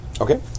Okay